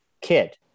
kid